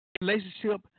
relationship